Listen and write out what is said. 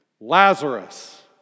Lazarus